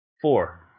Four